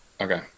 okay